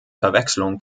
verwechslung